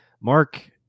Mark